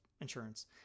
insurance